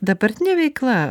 dabartinė veikla